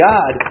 God